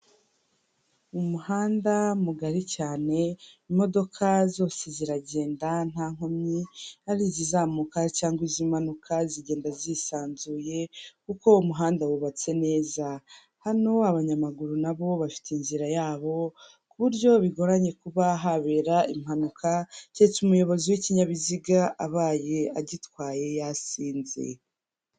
Umuhanda mugari cyane, imodoka zose ziragenda nta nkomyi, ari izizamuka cyangwa izimanuka zigenda zisanzuye, kuko umuhanda wubatse neza hano abanyamaguru nabo bafite inzira yabo ku buryo bigoranye kuba habera impanuka, keretse umuyobozi w'ikinyabiziga abaye agitwaye yasinze.